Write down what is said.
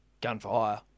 Gunfire